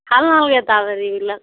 ভাল নালাগে তাৰ হেৰিবিলাক